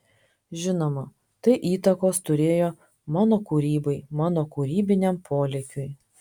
žinoma tai įtakos turėjo mano kūrybai mano kūrybiniam polėkiui